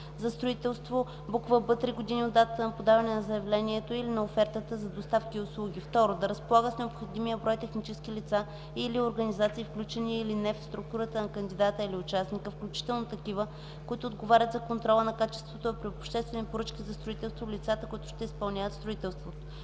за строителство; б) три години от датата на подаване на заявлението или на офертата – за доставки и услуги; 2. да разполага с необходимия брой технически лица и/или организации, включени или не в структурата на кандидата или участника, включително такива, които отговарят за контрола на качеството, а при обществени поръчки за строителство – лицата, които ще изпълняват строителството;